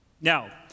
Now